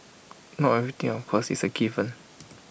not everything of course is A given